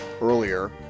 earlier